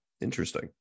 interesting